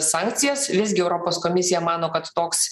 sankcijas visgi europos komisija mano kad toks